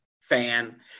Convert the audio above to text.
fan